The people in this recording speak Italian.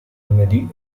lunedì